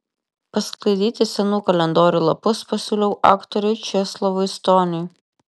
pasklaidyti senų kalendorių lapus pasiūliau aktoriui česlovui stoniui